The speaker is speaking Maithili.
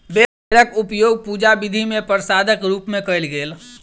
बेरक उपयोग पूजा विधि मे प्रसादक रूप मे कयल गेल